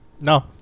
No